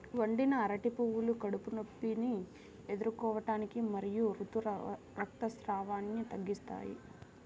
వండిన అరటి పువ్వులు కడుపు నొప్పిని ఎదుర్కోవటానికి మరియు ఋతు రక్తస్రావాన్ని తగ్గిస్తాయి